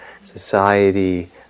society